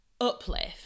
uplift